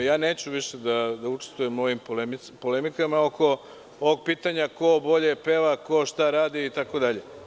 Neću više da učestvujem u ovim polemikama oko ovog pitanja ko bolje peva, ko šta radi itd.